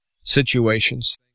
situations